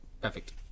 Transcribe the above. Perfect